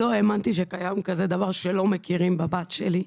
לא האמנתי שקיים כזה דבר שלא מכירים בבת שלי,